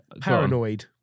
Paranoid